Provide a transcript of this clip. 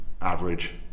average